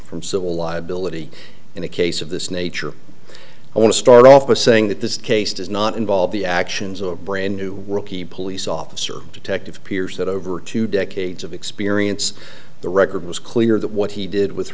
from civil liability in a case of this nature i want to start off by saying that this case does not involve the actions of a brand new police officer detective pierce that over two decades of experience the record was clear that what he did with